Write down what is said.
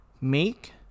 make